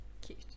Cute